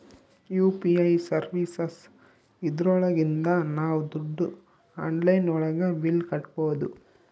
UPI services ಇದ್ರೊಳಗಿಂದ ನಾವ್ ದುಡ್ಡು ಆನ್ಲೈನ್ ಒಳಗ ಬಿಲ್ ಕಟ್ಬೋದೂ